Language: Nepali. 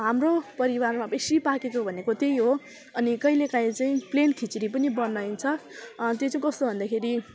हाम्रो परिवारमा बेसी पाकेको भनेको त्यही हो अनि कहिले काहीँ चाहिँ प्लेन खिचडी नि बनाइन्छ त्यो चाहिँ कस्तो भन्दाखेरि